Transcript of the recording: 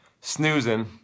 snoozing